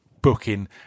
booking